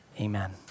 Amen